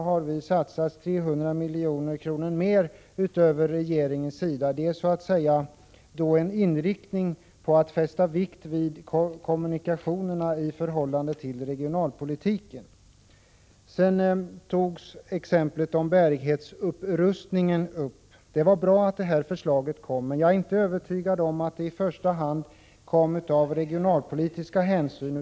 Vi har från centerns sida velat satsa 300 milj.kr. mer än regeringen. Det innebär att vi understryker kommunikationernas betydelse för regionalpolitiken. Sedan nämndes bärighetsupprustningen. Det var bra att det förslaget kom. Men jag är inte övertygad om att det i första hand kom av regionalpolitiska hänsyn.